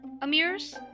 Amir's